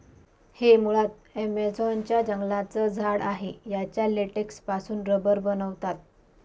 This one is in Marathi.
हे मुळात ॲमेझॉन च्या जंगलांचं झाड आहे याच्या लेटेक्स पासून रबर बनवतात